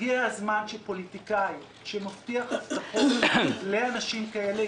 הגיע הזמן שפוליטיקאי שמבטיח הבטחות לאנשים כאלה,